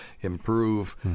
improve